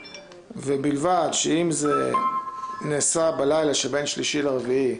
ובלבד שאם זה נעשה בלילה שבין שלישי לרביעי,